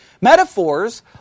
Metaphors